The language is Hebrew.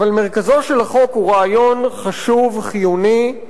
אבל מרכזו של החוק הוא רעיון חשוב וחיוני,